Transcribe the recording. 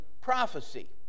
prophecy